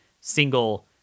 single